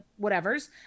whatevers